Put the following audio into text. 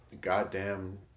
Goddamn